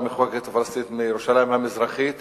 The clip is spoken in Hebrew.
המחוקקת הפלסטינית מירושלים המזרחית